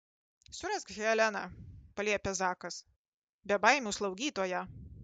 surask heleną paliepia zakas bebaimių slaugytoją